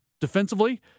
defensively